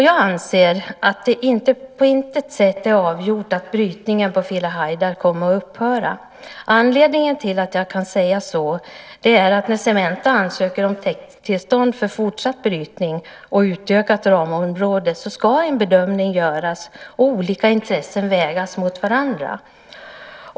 Jag anser att det på intet sätt är avgjort att brytningen på Filehajdar kommer att upphöra. Anledningen till att jag kan säga så är att när Cementa ansöker om täkttillstånd för fortsatt brytning och utökat ramområde ska en bedömning göras och olika intressen vägas mot varandra.